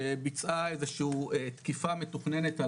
שביצעה איזושהו תקיפה מתוכננת על הארגון.